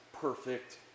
perfect